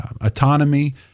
autonomy